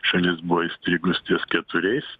šalis buvo įstrigus ties keturiais